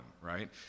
right